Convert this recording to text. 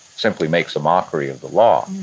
simply makes a mockery of the law.